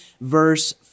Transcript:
verse